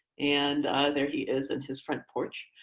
and there he is in his front porch.